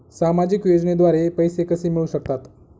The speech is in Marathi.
सामाजिक योजनेद्वारे पैसे कसे मिळू शकतात?